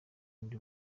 undi